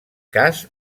cas